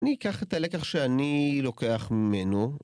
אני אקח את הלקח שאני לוקח ממנו